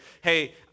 hey